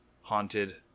haunted